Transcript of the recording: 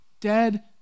dead